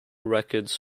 records